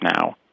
now